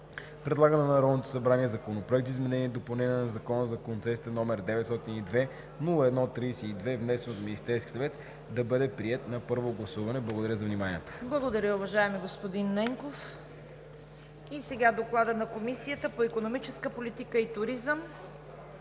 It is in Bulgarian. предлага на Народното събрание Законопроект за изменение и допълнение на Закона за концесиите, № 902-01-32, внесен от Министерския съвет, да бъде приет на първо гласуване.“ Благодаря за вниманието. ПРЕДСЕДАТЕЛ ЦВЕТА КАРАЯНЧЕВА: Благодаря, уважаеми господин Ненков. С Доклада на Комисията по икономическа политика и туризъм